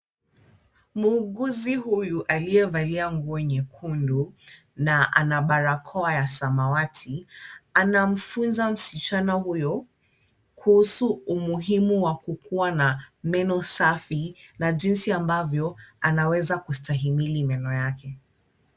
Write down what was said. Muuguzi huyu aliyevalia nguo nyekundu na ana barakoa ya samawati anamfunza msichana huyu kuhusu umuhimu wa kukuwa na meno safi na jinsi ambavyo anaweza kustahimili meno yake.